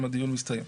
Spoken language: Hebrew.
אם הדיון מסתיים.